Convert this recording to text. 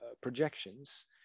projections